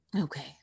okay